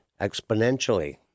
exponentially